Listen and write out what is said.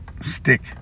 stick